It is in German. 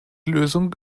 lösung